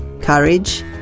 courage